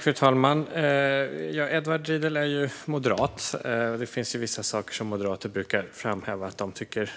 Fru talman! Edward Riedl är ju moderat. Det finns vissa saker som moderater brukar framhäva att de tycker